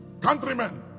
countrymen